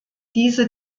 diese